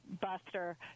Buster